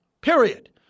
period